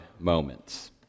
moments